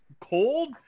cold